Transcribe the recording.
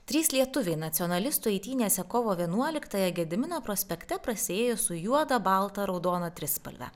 trys lietuviai nacionalistų eitynėse kovo vienuoliktąją gedimino prospekte prasiėjo su juoda balta raudona trispalve